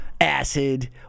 acid